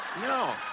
No